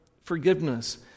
forgiveness